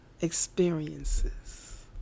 Experiences